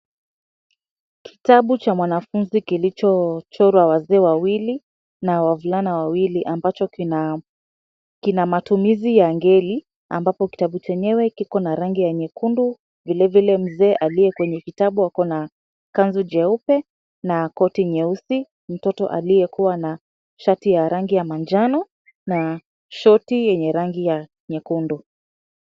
Kitabu cha wanafunzi kilichochorwa wazee wawili na wavulana wawili ambacho kinaa kina matumizi ya ngeli ambapo kitabu chenyewe kiko rangi ya nyekundu, vile vile mzee, aliye kwenye kitabu ako na kanzu jeupe na koti nyeusi. Mtoto aliyekuwa na ya shati ya rangi ya manjano na shoti yenye rangi ya nyekundu.